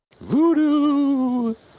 Voodoo